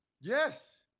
Yes